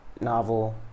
novel